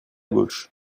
gauche